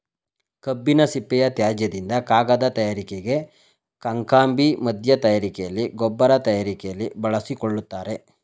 ಕಬ್ಬಿನ ಸಿಪ್ಪೆಯ ತ್ಯಾಜ್ಯದಿಂದ ಕಾಗದ ತಯಾರಿಕೆಗೆ, ಕಾಕಂಬಿ ಮಧ್ಯ ತಯಾರಿಕೆಯಲ್ಲಿ, ಗೊಬ್ಬರ ತಯಾರಿಕೆಯಲ್ಲಿ ಬಳಸಿಕೊಳ್ಳುತ್ತಾರೆ